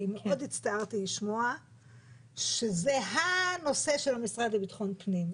כי מאוד הצטערתי לשמוע שזה הנושא של המשרד לביטחון פנים.